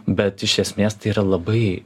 bet iš esmės tai yra labai